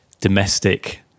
domestic